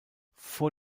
vor